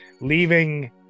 leaving